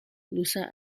lusa